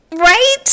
Right